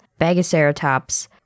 Bagaceratops